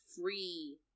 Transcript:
free